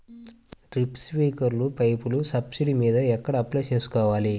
Drip, స్ప్రింకర్లు పైపులు subsidy మీద ఎక్కడ అప్లై చేసుకోవాలి?